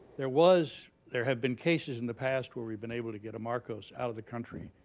there was there have been cases in the past where we've been able to get a marcos out of the country